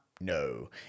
No